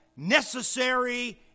Necessary